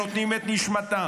שנותנים את נשמתם,